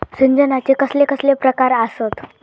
सिंचनाचे कसले कसले प्रकार आसत?